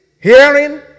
Hearing